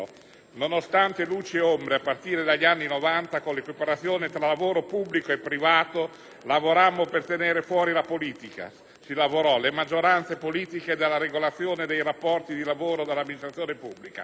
Nonostante luci ed ombre, a partire dagli anni Novanta, con l'equiparazione tra lavoro pubblico e privato, si lavorò per tenere fuori la politica e le maggioranze politiche dalla regolazione dei rapporti di lavoro nell'amministrazione pubblica.